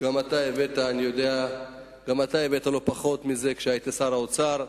גם אתה הבאת לא פחות מזה כשהיית שר האוצר,